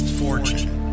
fortune